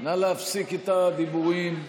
נא להפסיק את הדיבורים.